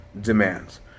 demands